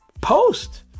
Post